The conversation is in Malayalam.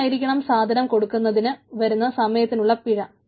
എത്രയായിരിക്കണം സാധനം കൊടുക്കുന്നതിന് വരുന്ന താമസത്തിനുള്ള പിഴ